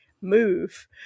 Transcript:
move